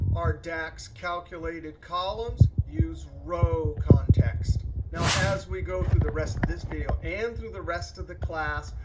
our dax calculated columns use row context. now, as we go through the rest of this video and through the rest of the class,